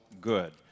good